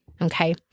okay